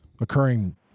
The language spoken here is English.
occurring